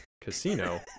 casino